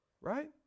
Right